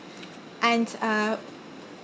and uh